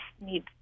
need